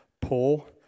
Paul